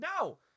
No